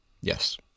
Yes